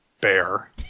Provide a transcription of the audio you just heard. Bear